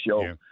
show